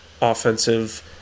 offensive